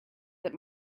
that